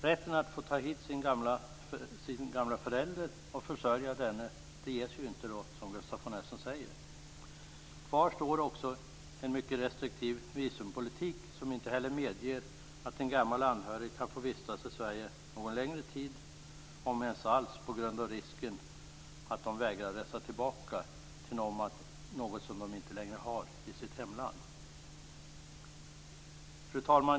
Rätten att få ta hit sin gamla förälder och försörja denne ges inte, som Gustaf von Essen säger. Kvar står också en mycket restriktiv visumpolitik som inte heller medger att en gammal anhörig kan få vistas i Sverige någon längre tid om ens alls på grund av risken att de vägrar resa tillbaka till något de inte längre har i sitt hemland. Fru talman!